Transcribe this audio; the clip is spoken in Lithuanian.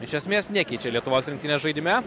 iš esmės nekeičia lietuvos rinktinės žaidime